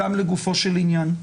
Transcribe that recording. גם לגופו של עניין.